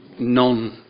non